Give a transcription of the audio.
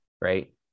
right